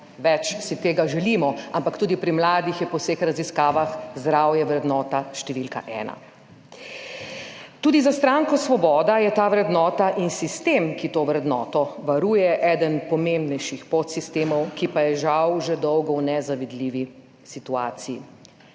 več si tega želimo, ampak tudi pri mladih je po vseh raziskavah zdravje vrednota številka ena. Tudi za stranko Svoboda je ta vrednota in sistem, ki to vrednoto varuje, eden pomembnejših podsistemov, ki pa je žal že dolgo v nezavidljivi situaciji.